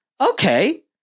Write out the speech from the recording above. okay